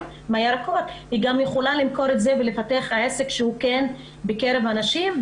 והיא יכולה למכור אותם ולפתח עסק בקרב הנשים.